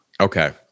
Okay